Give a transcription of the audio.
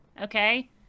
okay